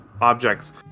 objects